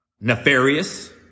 Nefarious